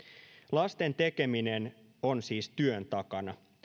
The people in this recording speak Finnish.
lasten tekeminen on siis työn takana